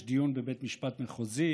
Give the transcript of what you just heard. יש דיון בבית המשפט המחוזי